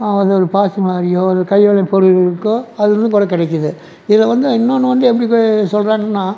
அது ஒரு பாசி மாதிரியோ இல்லை கைவினை பொருள்களுக்கோ அதுலேந்து கூட கிடைக்குது இதை வந்து இன்னொன்று வந்து எப்படி சொல்லுறாங்கன்னா